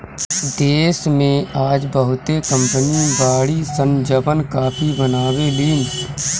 देश में आज बहुते कंपनी बाड़ी सन जवन काफी बनावे लीन